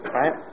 right